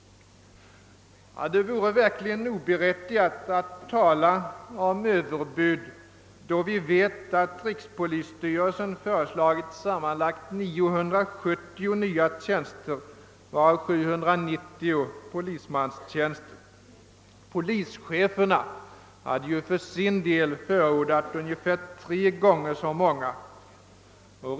Det vore verkligen oberättigat att tala om överbud, då vi vet att rikspolisstyrelsen föreslagit sammanlagt 970 nya tjänster, varav 790 polismanstjänster. Polischeferna hade för sin del förordat ungefär tre gånger så många tjänster.